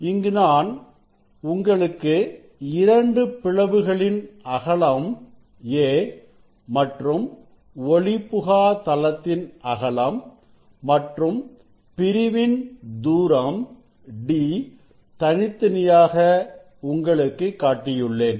இங்கு நான் உங்களுக்கு இரண்டு பிளவுகளின் அகலம் a மற்றும் ஒளிபுகா தளத்தின் அகலம் மற்றும் பிரிவின் தூரம் d தனித்தனியாக உங்களுக்கு காட்டியுள்ளேன்